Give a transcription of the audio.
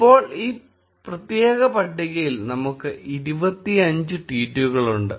ഇപ്പോൾ ഈ പ്രത്യേക പട്ടികയിൽ നമുക്ക് 25 ട്വീറ്റുകളുണ്ട്